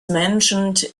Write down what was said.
mentioned